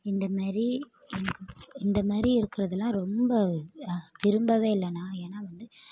இந்த மாரி எனக்கு இந்த மாரி இருக்கிறதுலாம் ரொம்ப விரும்பவே இல்லை நான் ஏன்னால் வந்து